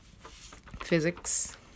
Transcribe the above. Physics